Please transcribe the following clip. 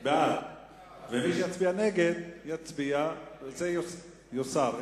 ומי שיצביע נגד, יצביע, וזה יוסר.